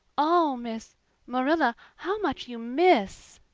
oh, miss marilla, how much you miss!